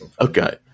Okay